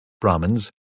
Brahmins